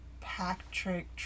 Patrick